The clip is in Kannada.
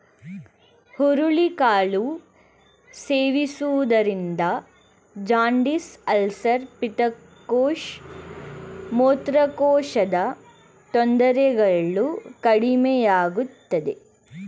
ಹುರುಳಿ ಕಾಳು ಸೇವಿಸುವುದರಿಂದ ಜಾಂಡಿಸ್, ಅಲ್ಸರ್, ಪಿತ್ತಕೋಶ, ಮೂತ್ರಕೋಶದ ತೊಂದರೆಗಳು ಕಡಿಮೆಯಾಗುತ್ತದೆ